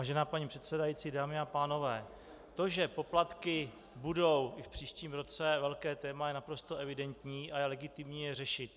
Vážená paní předsedající, dámy a pánové, to, že poplatky budou v příštím roce velké téma, je naprosto evidentní a je legitimní je řešit.